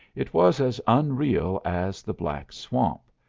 it was as unreal as the black swamp,